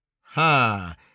ha